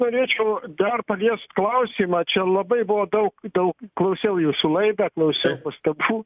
norėčiau dar paliest klausimą čia labai buvo daug daug klausiau jūsų laida klausiau pastabų